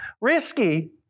Risky